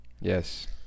Yes